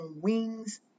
wings